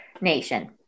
nation